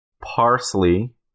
parsley